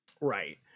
Right